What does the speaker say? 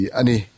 ani